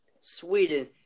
Sweden